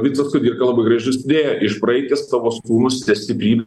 vincas kudirka labai gražiai sudėjo iš praeities tavo sūnūs te stipryb